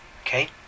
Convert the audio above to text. Okay